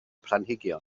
planhigion